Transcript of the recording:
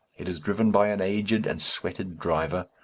it is driven by an aged and sweated driver,